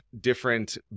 different